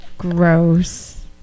Gross